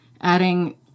adding